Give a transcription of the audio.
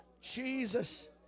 Jesus